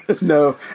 No